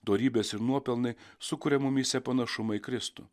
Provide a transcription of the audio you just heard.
dorybės ir nuopelnai sukuria mumyse panašumą į kristų